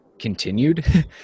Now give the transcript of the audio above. continued